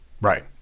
Right